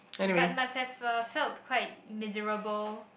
but might have a felt quite miserable